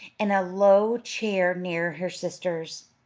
in a low chair near her sister's.